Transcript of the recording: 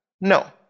No